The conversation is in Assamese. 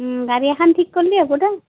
গাড়ী এখন ঠিক কৰিলেই হ'ব দে